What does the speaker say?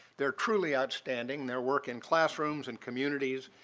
they're truly outstanding. their work in classrooms and communities,